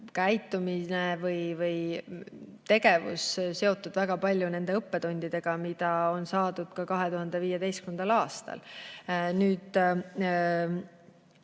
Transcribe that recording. hübriidkonflikti tegevus seotud väga palju nende õppetundidega, mis on saadud 2015. aastal. Nüüd,